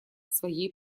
своей